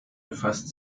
befasst